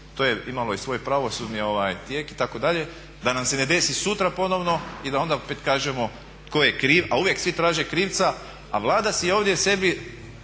To je imalo i svoj pravosudni tijek itd. da nam se ne desi sutra ponovno i da onda opet kažemo tko je kriv, a uvijek svi traže krivca. A Vlada si ovdje sebi